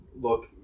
look